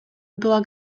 była